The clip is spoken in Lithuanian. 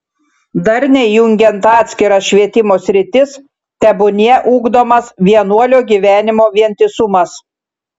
darniai jungiant atskiras švietimo sritis tebūnie ugdomas vienuolio gyvenimo vientisumas